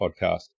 podcast